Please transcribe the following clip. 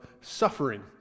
Suffering